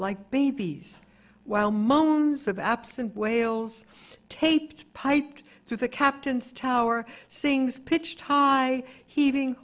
like babies while moans of absent whales taped piped through the captain's tower sings pitched high heaving